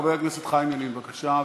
חבר הכנסת חיים ילין, בבקשה.